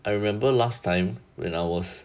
I remember last time when I was